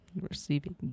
receiving